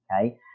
okay